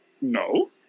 No